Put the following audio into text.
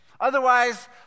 Otherwise